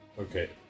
Okay